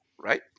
Right